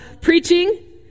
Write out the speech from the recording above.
preaching